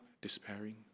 despairing